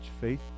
faith